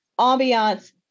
ambiance